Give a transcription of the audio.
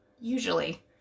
usually